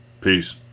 Peace